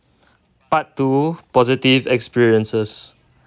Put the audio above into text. part two positive experiences